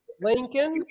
Lincoln